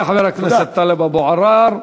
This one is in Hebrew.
תודה לחבר הכנסת טלב אבו עראר.